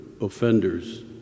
offenders